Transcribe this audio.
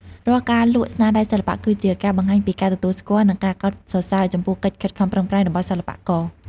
រាល់ការលក់ស្នាដៃសិល្បៈ គឺជាការបង្ហាញពីការទទួលស្គាល់ និងការកោតសរសើរចំពោះកិច្ចខិតខំប្រឹងប្រែងរបស់សិល្បករ។